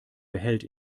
behält